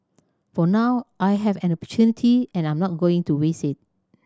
for now I have an opportunity and I'm not going to waste it